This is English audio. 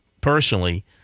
personally